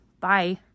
Bye